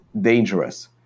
dangerous